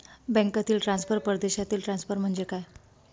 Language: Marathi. बँकांतील ट्रान्सफर, परदेशातील ट्रान्सफर म्हणजे काय?